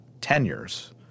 tenures